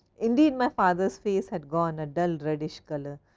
indeed, my father's face had gone a dull reddish color,